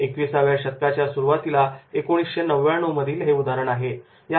एकविसाव्या शतकाच्या सुरुवातीला 1999 मधील हे उदाहरण आहे